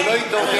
שלא יתעורר.